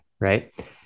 Right